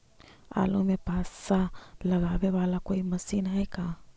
आलू मे पासा लगाबे बाला कोइ मशीन है का?